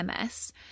MS